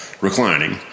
reclining